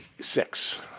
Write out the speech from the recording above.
six